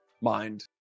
mind